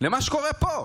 למה שקורה פה,